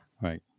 Right